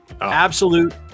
Absolute